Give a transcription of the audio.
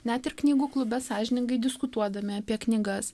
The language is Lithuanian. net ir knygų klube sąžiningai diskutuodami apie knygas